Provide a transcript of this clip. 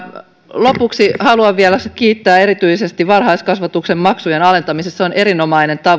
lopuksi haluan vielä kiittää erityisesti varhaiskasvatuksen maksujen alentamisesta se on erinomainen